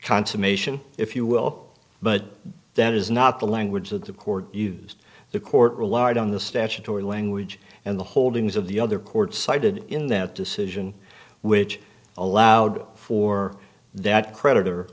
consummation if you will but that is not the language that the court used the court relied on the statutory language and the holdings of the other court cited in that decision which allowed for that creditor